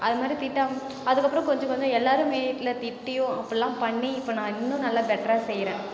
அது மாதிரி திட்டாமல் அதுக்கப்புறம் கொஞ்சம் கொஞ்சம் எல்லாரும் வீட்டில் திட்டியும் அப்போல்லாம் பண்ணி இப்போ நான் இன்னும் நல்லா பெட்டராக செய்கிறேன்